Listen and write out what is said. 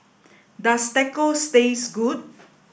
does Tacos taste good